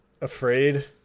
afraid